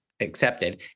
accepted